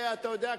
אתה יודע,